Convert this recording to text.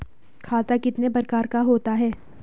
खाता कितने प्रकार का होता है?